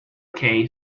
okay